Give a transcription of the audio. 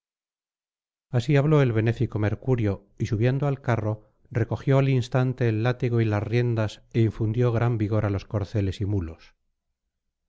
así habló el benéfico mercurio y subiendo al carro recogió al instante el látigo y las riendas é infundió gran vigor á los corceles y mulos